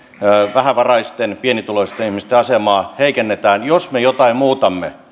vähävaraisten pienituloisten ihmisten asemaa heikennetään jos me jotain muutamme